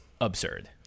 absurd